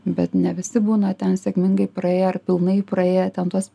bet ne visi būna ten sėkmingai praėję ar pilnai praėję ten tuos